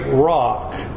rock